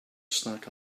snack